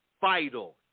vital